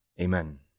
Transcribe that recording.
Amen